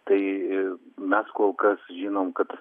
tai mes kol kas žinom kad